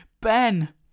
Ben